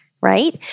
right